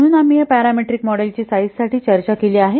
म्हणून आम्ही या पॅरामीट्रिक मॉडेल्सची साईझ साठी चर्चा केली आहे